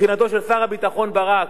מבחינתו של שר הביטחון ברק,